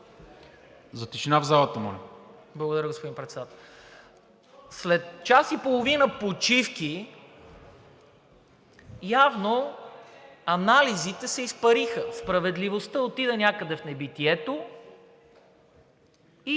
за тишина в залата! АЛЕКСАНДЪР ИВАНОВ: Благодаря, господин Председател. След час и половина почивки явно анализите се изпариха. Справедливостта отиде някъде в небитието и